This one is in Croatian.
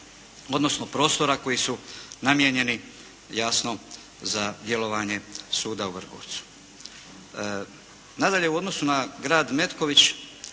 odnosno prostora koji su namijenjeni jasno za djelovanje suda u Vrgorcu. Nadalje, u odnosu na grad Metković,